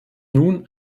nun